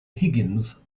higgins